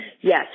Yes